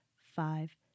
five